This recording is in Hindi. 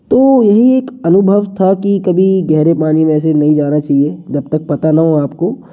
तो यही एक अनुभव था कि कभी गहरे पानी में ऐसे नहीं जाना चाहिए जब तक पता ना हो आपको